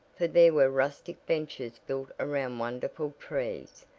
for there were rustic benches built around wonderful trees,